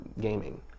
gaming